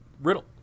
Riddle